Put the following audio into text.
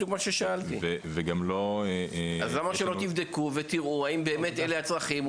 אז למה שלא תבדקו ותראו האם באמת אלה הצרכים,